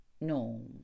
No